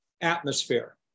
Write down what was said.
atmosphere